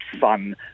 fun